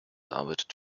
arbeitet